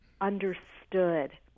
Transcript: understood